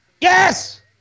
Yes